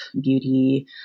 beauty